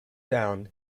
down